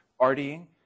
Partying